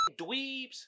dweebs